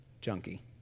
junkie